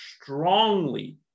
strongly